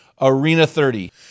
ARENA30